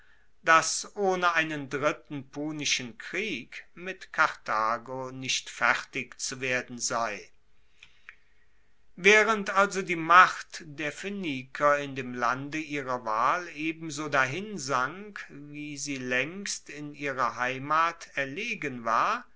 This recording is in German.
dass ohne einen dritten punischen krieg mit karthago nicht fertig zu werden sei waehrend also die macht der phoeniker in dem lande ihrer wahl ebenso dahinsank wie sie laengst in ihrer heimat erlegen war